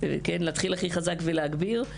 להתחיל הכי חזק ולהגביר.